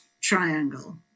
triangle